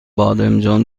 بادمجان